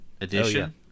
edition